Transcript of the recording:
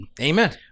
Amen